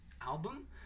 album